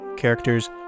Characters